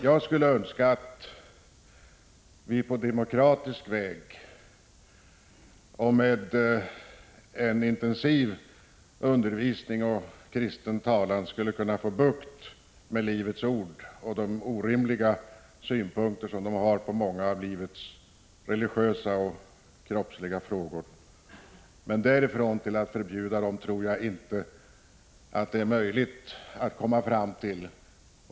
Jag skulle önska att vi på demokratisk väg och med en intensiv undervisning och kristen talan skulle kunna få bukt med Livets ord och de orimliga synpunkter som man där har på många religiösa och kroppsliga frågor. Men att förbjuda skolan tror jag inte är möjligt.